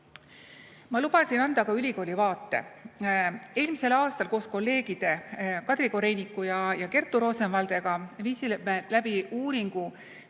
Ma lubasin anda ka ülikooli vaate. Eelmisel aastal koos kolleegide Kadri Koreiniku ja Kerttu Rozenvaldega viisime läbi uuringu